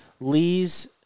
Lee's